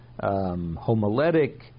homiletic